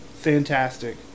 fantastic